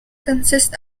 consist